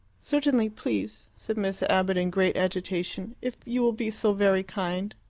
certainly, please, said miss abbott, in great agitation. if you will be so very kind.